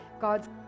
god's